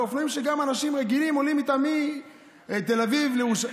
אלה אופנועים שגם אנשים רגילים עולים אתם מתל אביב לירושלים.